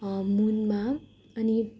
मुनमा अनि